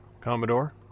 Commodore